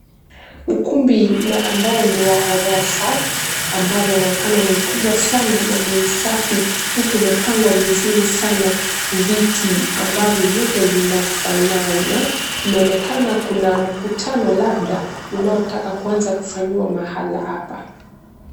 Ukumbi na ambao ni wa ghorofa ambalo unaonekana ni mkubwa sana na ni msafi huku umepangwa vizuri sana viti ambavyo vyote vinafanana. Inaonekana kuna mkutano labda unaotaka kuanza kufanyika mahali hapa.